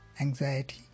anxiety